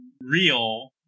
real